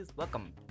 Welcome